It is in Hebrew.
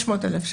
500,000 שקל.